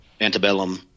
antebellum